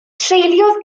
treuliodd